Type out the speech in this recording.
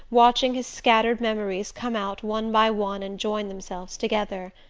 watching his scattered memories come out one by one and join themselves together.